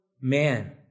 man